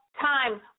time